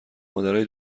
مادرای